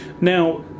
Now